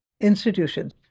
institutions